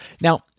Now